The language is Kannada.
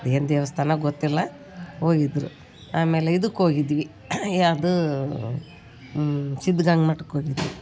ಏನು ದೇವಸ್ಥಾನ ಗೊತ್ತಿಲ್ಲ ಹೋಗಿದ್ರು ಆಮೇಲೆ ಇದುಕ್ಕೆ ಹೋಗಿದ್ವಿ ಯಾವುದೂ ಸಿದ್ಧಗಂಗ್ ಮಠಕ್ ಹೋಗಿದ್ವಿ